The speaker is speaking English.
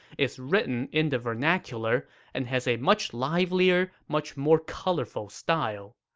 is written in the vernacular and has a much livelier, much more colorful style.